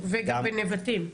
וגם בנבטים.